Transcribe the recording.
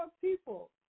people